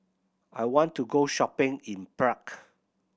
I want to go shopping in Prague